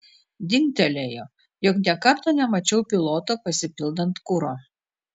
dingtelėjo jog nė karto nemačiau piloto pasipildant kuro